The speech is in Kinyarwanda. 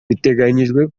biteganyijwe